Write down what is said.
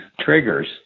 triggers